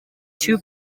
two